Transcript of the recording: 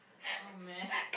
oh man